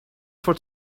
for